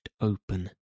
open